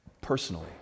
personally